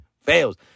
fails